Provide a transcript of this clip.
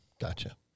Gotcha